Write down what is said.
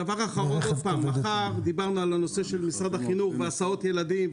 דיברנו על הנושא של משרד החינוך והסעות ילדים,